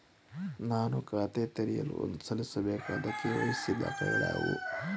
ನಾನು ಖಾತೆ ತೆರೆಯಲು ಸಲ್ಲಿಸಬೇಕಾದ ಕೆ.ವೈ.ಸಿ ದಾಖಲೆಗಳಾವವು?